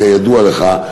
כידוע לך,